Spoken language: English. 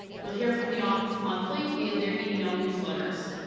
you'll hear from the office monthly via their email newsletters,